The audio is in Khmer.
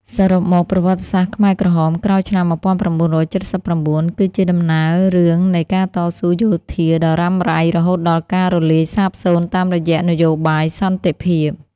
សរុបមក ប្រវត្តិសាស្ត្រខ្មែរក្រហមក្រោយឆ្នាំ១៩៧៩ គឺជាដំណើររឿងនៃការតស៊ូយោធាដ៏រ៉ាំរ៉ៃ រហូតដល់ការរលាយសាបសូន្យតាមរយៈនយោបាយសន្តិភាព។